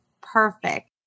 perfect